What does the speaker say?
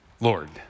Lord